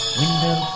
window